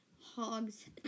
hog's